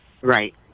Right